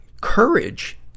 Courage